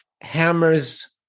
hammers